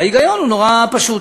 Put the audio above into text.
וההיגיון הוא נורא פשוט.